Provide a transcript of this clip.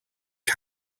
his